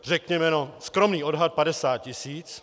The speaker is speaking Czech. Řekněme skromný odhad 50 tisíc.